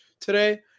today